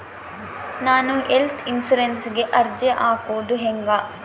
ನಾನು ಹೆಲ್ತ್ ಇನ್ಸುರೆನ್ಸಿಗೆ ಅರ್ಜಿ ಹಾಕದು ಹೆಂಗ?